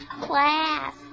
Class